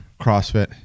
crossfit